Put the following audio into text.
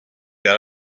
got